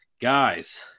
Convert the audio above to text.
Guys